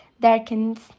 darkens